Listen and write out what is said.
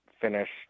finished